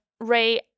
Ray